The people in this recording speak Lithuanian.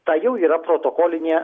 tai jau yra protokolinė